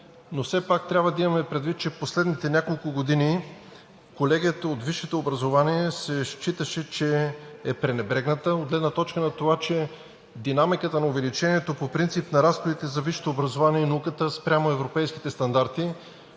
но все пак трябва да имаме предвид, че в последните няколко години колегията от висшето образование се считаше, че е пренебрегната от гледна точка на това, че динамиката на увеличението по принцип на разходите за висшето образование и науката спрямо европейските стандарти